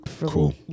Cool